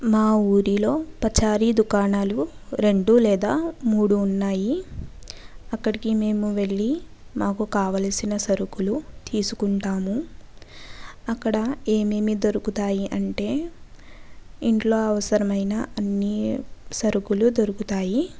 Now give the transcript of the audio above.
మా ఊరిలో పచారీ దుకాణాలు రెండు లేదా మూడు ఉన్నాయి అక్కడికి మేము వెళ్ళి మాకు కావలసిన సరుకులు తీసుకుంటాము అక్కడ ఏమేమి దొరుకుతాయి అంటే ఇంట్లో అవసరమైన అన్ని సరుకులు దొరుకుతాయి